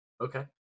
Okay